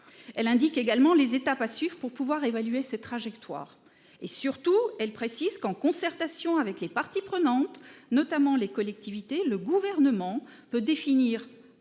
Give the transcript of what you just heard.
Elle indique également les étapes à suivre pour pouvoir évaluer cette trajectoire. Surtout, elle précise que, en concertation avec les parties prenantes, notamment les collectivités, le Gouvernement peut définir